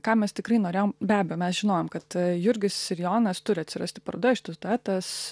ką mes tikrai norėjom be abejo mes žinojom kad jurgis ir jonas turi atsirasti parodoje šitas duetas